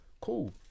cool